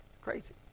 Crazy